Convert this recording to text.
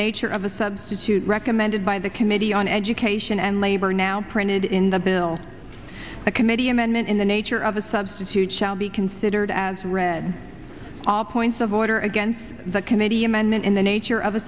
nature of a substitute recommended by the committee on education and labor now printed in the bill the committee amendment in the nature of a substitute shall be considered as read all points of order again the committee amendment in the nature of a